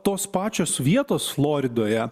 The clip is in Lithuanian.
tos pačios vietos floridoje